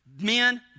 Men